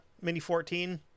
Mini-14